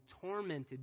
tormented